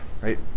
right